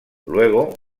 luego